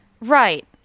right